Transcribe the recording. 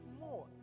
more